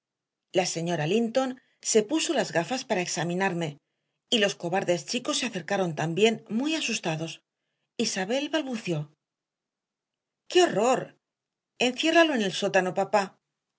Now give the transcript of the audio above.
la señora linton se puso las gafas para examinarme y los cobardes chicos se acercaron también muy asustados isabel balbució qué horror enciérralo en el sótano papá